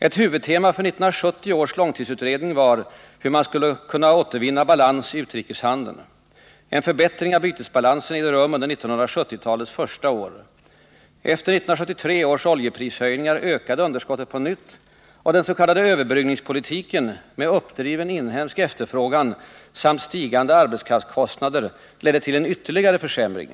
Ett huvudtema för 1970 års långtidsutredning var hur man skulle återvinna balans i utrikeshandeln. En förbättring av bytesbalansen ägde rum under 1970-talets första år. Efter 1973 års oljeprishöjningar ökade underskottet på nytt, och den s.k. överbryggningspolitiken med uppdriven inhemsk efterfrågan samt stigande arbetskraftskostnader ledde till en ytterligare försämring.